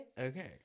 Okay